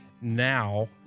now